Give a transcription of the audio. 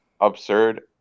absurd